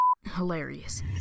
hilarious